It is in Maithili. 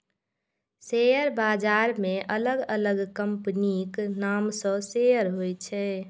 शेयर बाजार मे अलग अलग कंपनीक नाम सं शेयर होइ छै